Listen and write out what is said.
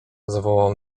zawołał